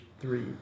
three